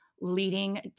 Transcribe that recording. leading